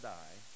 die